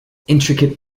intricate